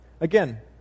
Again